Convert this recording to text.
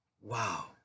Wow